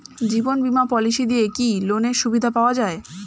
জীবন বীমা পলিসি দিয়ে কি লোনের সুবিধা পাওয়া যায়?